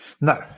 No